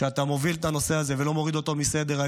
אתה מוביל את הנושא הזה ולא מוריד אותו מסדר-היום,